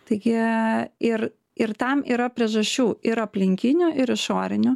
taigi ir ir tam yra priežasčių ir aplinkinių ir išorinių